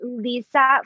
Lisa